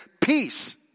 peace